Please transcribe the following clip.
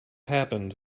happened